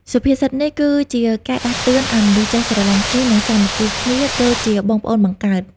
សុភាសិតនេះគឺជាការដាស់តឿនឱ្យមនុស្សចេះស្រឡាញ់គ្នា និងសាមគ្គីគ្នាដូចជាបងប្អូនបង្កើត។